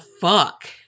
fuck